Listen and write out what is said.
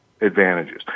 advantages